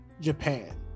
Japan